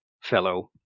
fellow